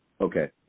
Okay